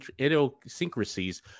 idiosyncrasies